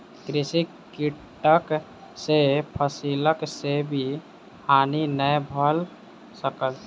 कृषि कीटक सॅ फसिलक बेसी हानि नै भ सकल